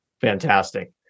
Fantastic